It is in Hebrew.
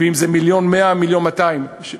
וכן אם זה 1.1 מיליון או 1.2 מיליון שקל.